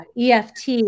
EFT